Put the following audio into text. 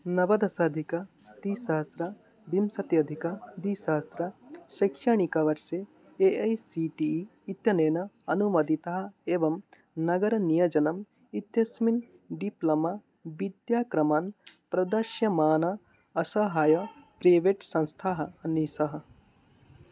नवदशाधिकं द्विसहस्रविंशति अधिकद्विसहस्रे शैक्षणिकवर्षे A I C T E इत्यनेन अनुमोदिता एवं नगरनियोजनम् इत्यस्मिन् डिप्लमा विद्याक्रमान् प्रदर्श्यमाना असहाया प्रेवेट् संस्थाः अन्विष